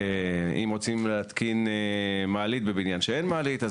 אם רוצים להתקין מעלית בבניין שאין בו מעלית,